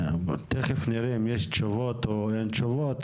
תיכף נראה אם יש או אין תשובות,